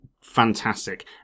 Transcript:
fantastic